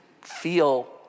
feel—